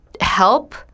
help